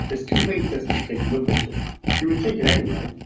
it's too late just to take lipitor you would take it anyway,